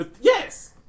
Yes